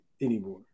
anymore